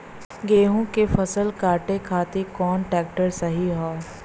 गेहूँक फसल कांटे खातिर कौन ट्रैक्टर सही ह?